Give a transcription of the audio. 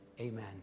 amen